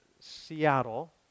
Seattle